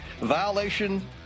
violation